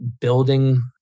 building